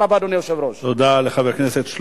תודה רבה, אדוני היושב-ראש.